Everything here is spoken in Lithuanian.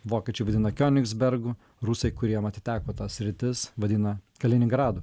vokiečiai vadina kionigsbergu rusai kuriem atiteko ta sritis vadina kaliningradu